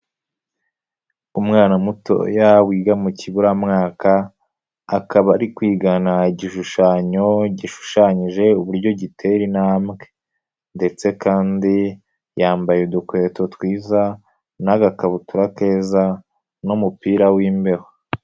Umwana mutoya wiga mu kiburamwaka akaba ari kwigana igishushanyo gishushanyije uburyo gitera intambwe ndetse kandi yambaye udukweto twiza n'agakabutura keza n'umupira w'imbeho.